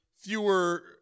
fewer